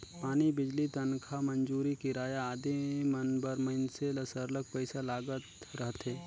पानी, बिजली, तनखा, मंजूरी, किराया आदि मन बर मइनसे ल सरलग पइसा लागत रहथे